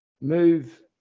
Move